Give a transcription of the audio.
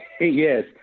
Yes